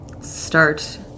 start